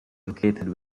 located